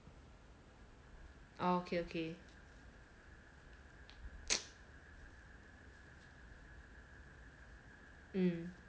orh okay okay mm